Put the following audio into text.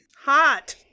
hot